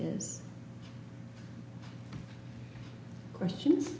is questions